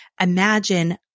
imagine